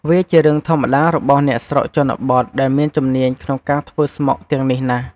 វាជារឿងធម្មតារបស់អ្នកស្រុកជនបទដែលមានជំនាញក្នុងការធ្វើស្មុកទាំងនេះណាស់។